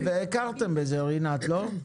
הכרתם בזה, רינת, לא?